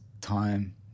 time